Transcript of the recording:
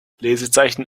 lesezeichen